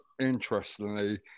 interestingly